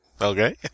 Okay